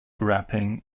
rapping